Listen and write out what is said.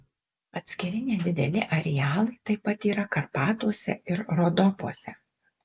atskiri nedideli arealai taip pat yra karpatuose ir rodopuose